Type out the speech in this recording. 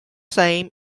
same